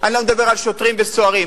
אני לא מדבר על שוטרים וסוהרים.